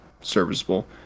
serviceable